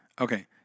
Okay